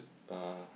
uh